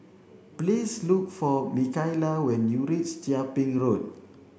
please look for Mikaela when you reach Chia Ping Road